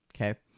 okay